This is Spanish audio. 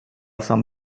san